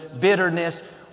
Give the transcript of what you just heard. bitterness